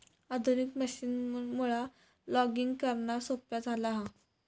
आधुनिक मशीनमुळा लॉगिंग करणा सोप्या झाला हा